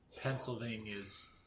Pennsylvania's